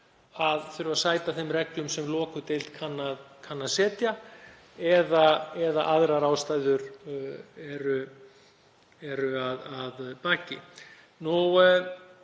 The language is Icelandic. að þurfa að sæta þeim reglum sem deildin kann að setja, eða aðrar ástæður eru að baki.